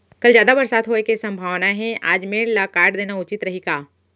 कल जादा बरसात होये के सम्भावना हे, आज मेड़ ल काट देना उचित रही का?